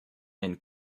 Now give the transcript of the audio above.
and